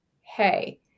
hey